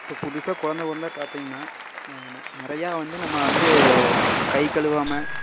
இப்போ புதுசாக கொழந்தை பிறந்தா பார்த்திங்கனா நிறையா வந்து நம்ம வந்து கை கழுவாமல்